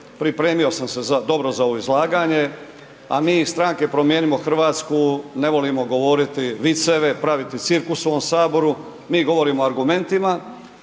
pripremio sam se dobro za ovo izlaganje, a mi iz Stranke promijenimo Hrvatsku ne volimo govoriti viceve, praviti cirkus u ovom HS, mi govorimo argumentima,